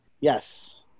Yes